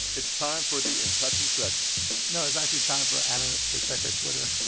it's time for the impression session no, it's actually time for ana to check her twitter